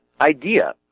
idea